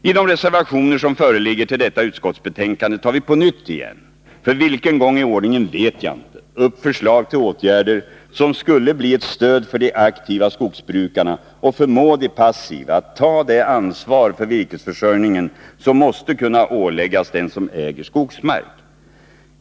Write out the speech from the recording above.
I de reservationer till detta utskottsbetänkande som föreligger tar vi på nytt — för vilken gång i ordningen vet jag inte — upp förslag till åtgärder som skulle bli ett stöd för de aktiva skogsbrukarna och förmå de passiva att ta det ansvar för virkesförsörjningen som måste kunna åläggas den som äger skogsmark.